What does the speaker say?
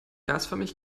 gasförmig